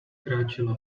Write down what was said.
kráčela